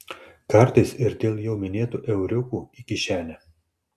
kartais ir dėl jau minėtų euriukų į kišenę